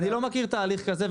אני לא מכיר תהליך כזה.